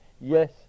yes